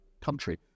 country